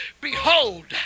behold